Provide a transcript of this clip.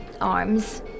arms